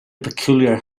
peculiar